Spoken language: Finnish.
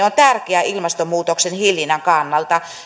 on tärkeää ilmastonmuutoksen hillinnän kannalta